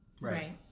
Right